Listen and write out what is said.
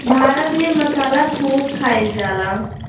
भारत में मसाला खूब खाइल जाला